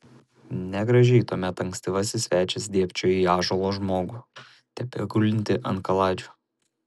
negražiai tuomet ankstyvasis svečias dėbčiojo į ąžuolo žmogų tebegulintį ant kaladžių